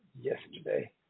yesterday